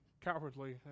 cowardly